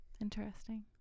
Interesting